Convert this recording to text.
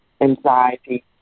anxiety